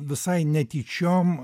visai netyčiom